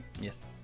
yes